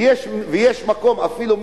ויש מקום אפילו,